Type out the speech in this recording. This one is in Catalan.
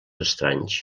estranys